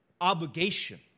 obligation